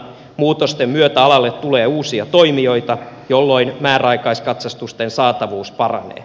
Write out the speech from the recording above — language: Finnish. muutosten myötä alalle tulee uusia toimijoita jolloin määräaikaiskatsastusten saatavuus paranee